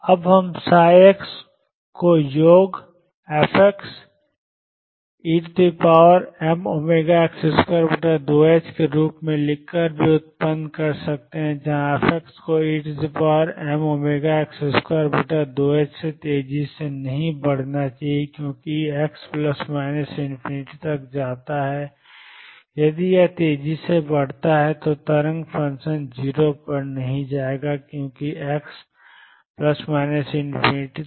अब हम x को योग fe mω2ℏx2 के रूप में लिखकर भी उत्पन्न कर सकते हैं जहां fx को emω2ℏx2 से तेजी से नहीं बढ़ना चाहिए क्योंकि x ±∞ तक जाता है यदि यह तेजी से बढ़ता है तो तरंग फ़ंक्शन 0 पर नहीं जाएगा क्योंकि x जाता है ± के लिए